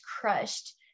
crushed